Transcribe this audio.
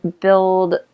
build